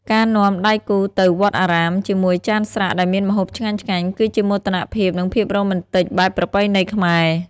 ការនាំដៃគូទៅ "វត្ដអារាម" ជាមួយចានស្រាក់ដែលមានម្ហូបឆ្ងាញ់ៗ គឺជាមោទនភាព និងភាពរ៉ូមែនទិកបែបប្រពៃណីខ្មែរ។